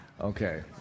Okay